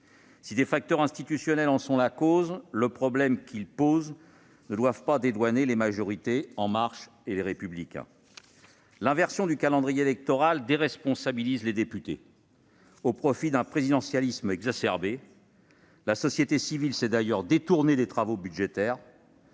Si des facteurs institutionnels en sont la cause, le problème qu'ils posent ne doit pas dédouaner les majorités La République En Marche et Les Républicains. L'inversion du calendrier électoral déresponsabilise les députés au profit d'un présidentialisme exacerbé. La société civile s'est d'ailleurs détournée des travaux budgétaires.